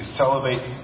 celebrate